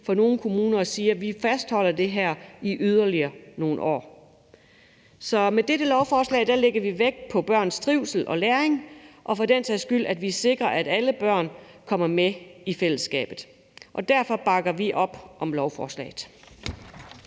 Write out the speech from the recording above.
for nogle kommuner at sige, at vi fastholder det her i yderligere nogle år. Så med dette lovforslag lægger vi vægt på børns trivsel og læring, og at vi for den sags skyld sikrer, at alle børn kommer med i fællesskabet, og derfor bakker vi op om lovforslaget.